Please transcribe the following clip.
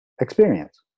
experience